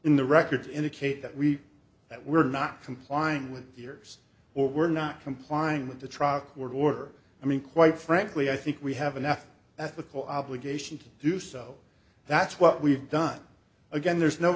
in the records indicate that we that were not complying with the herbs or were not complying with the truck world order i mean quite frankly i think we have enough ethical obligation to do so that's what we've done again there's no